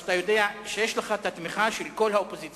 שאתה יודע שיש לך את התמיכה של כל האופוזיציה.